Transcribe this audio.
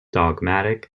dogmatic